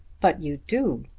but you do.